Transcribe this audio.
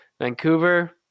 Vancouver